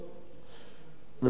ממשלה בראשות הליכוד,